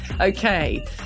Okay